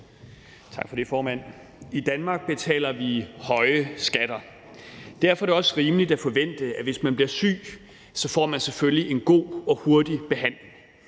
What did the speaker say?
I Danmark betaler vi høje skatter. Derfor er det også rimeligt at forvente, at hvis man bliver syg, får man selvfølgelig en god og hurtig behandling.